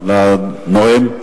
לנואם.